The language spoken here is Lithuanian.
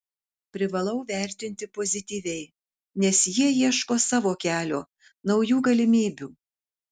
privalau vertinti pozityviai nes jie ieško savo kelio naujų galimybių